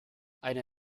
eine